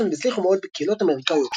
והצליחו מאוד בקהילות אמריקאיות שחורות,